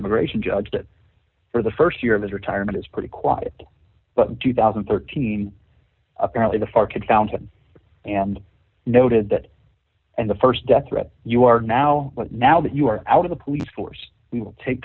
immigration judge that for the st year of his retirement is pretty quiet but two thousand and thirteen apparently the far kid fountain and noted that and the st death threat you are now but now that you are out of the police force we will take